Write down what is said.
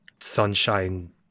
sunshine